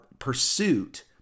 Pursuit